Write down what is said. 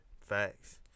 facts